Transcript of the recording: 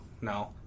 No